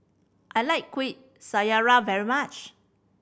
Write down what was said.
I like Kuih Syara very much